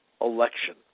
election